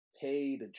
paid